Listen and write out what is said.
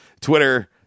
Twitter